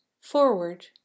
forward